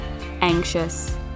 anxious